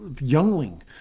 youngling